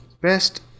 Best